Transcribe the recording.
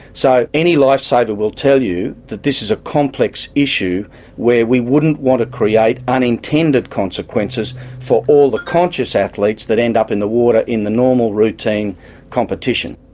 so any lifesaver will tell you that this is a complex issue where we wouldn't want to create unintended consequences for all the conscious athletes that end up in the water in the normal routine competition.